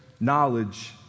knowledge